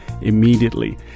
immediately